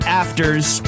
afters